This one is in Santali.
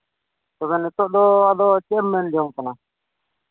ᱱᱤᱛᱚᱜ ᱫᱚ ᱟᱫᱚ ᱪᱮᱫ ᱮᱢ ᱢᱮᱱ ᱡᱚᱝ ᱠᱟᱱᱟ